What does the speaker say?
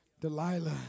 Delilah